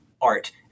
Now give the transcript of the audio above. art